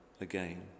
again